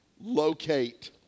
locate